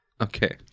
Okay